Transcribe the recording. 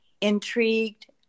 intrigued